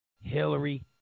hillary